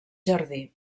jardí